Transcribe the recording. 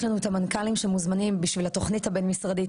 יש לנו את המנכ"לים שמוזמנים בשביל התוכנית הבין-משרדית